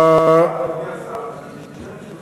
אדוני השר, זה במשמרת